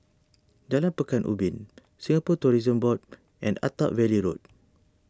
Jalan Pekan Ubin Singapore Tourism Board and Attap Valley Road